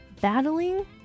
battling